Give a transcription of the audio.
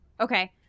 Okay